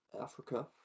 africa